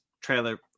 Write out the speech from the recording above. trailer